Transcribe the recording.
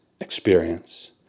experience